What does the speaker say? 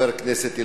לחבר הכנסת אלדד,